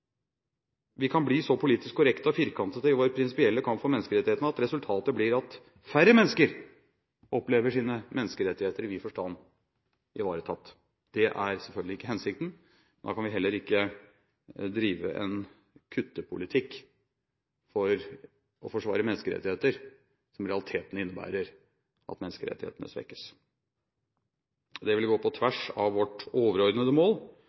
Vi kan bli så politisk korrekte og firkantete i vår prinsipielle kamp for menneskerettighetene at resultatet blir at færre mennesker opplever at deres menneskerettigheter – i vid forstand – blir ivaretatt. Det er selvfølgelig ikke hensikten. Da kan vi heller ikke drive en kuttepolitikk for å forsvare menneskerettigheter som i realiteten innebærer at menneskerettighetene svekkes. Det ville gå på tvers av vårt overordnede mål,